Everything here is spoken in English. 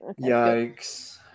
yikes